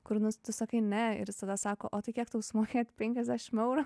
kur nu tu sakai ne ir jis tada sako o tai kiek tau sumokėt penkiasdešim eurų